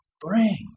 bring